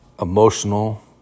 emotional